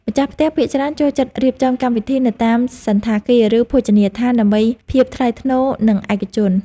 ម្ចាស់ផ្ទះភាគច្រើនចូលចិត្តរៀបចំកម្មវិធីនៅតាមសណ្ឋាគារ ឬភោជនីយដ្ឋានដើម្បីភាពថ្លៃថ្នូរនិងឯកជន។